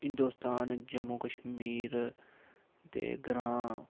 हिंदोस्तान जम्मू कश्मीर दे ग्रांऽ